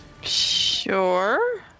Sure